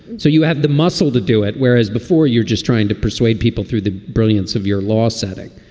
so you have the muscle to do it, whereas before you're just trying to persuade people through the brilliance of your law setting